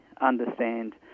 understand